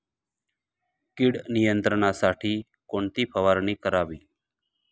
कीड नियंत्रणासाठी कोणती फवारणी करावी?